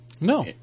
No